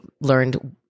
learned